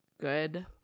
Good